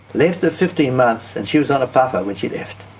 left at fifteen months, and she was on a puffer when she left.